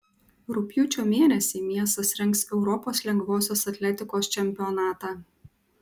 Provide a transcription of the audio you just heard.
rugpjūčio mėnesį miestas rengs europos lengvosios atletikos čempionatą